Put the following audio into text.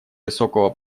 высокого